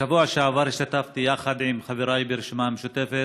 בשבוע שעבר השתתפתי, יחד עם חבריי ברשימה המשותפת,